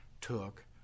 took